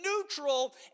neutral